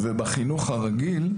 בחינוך הרגיל,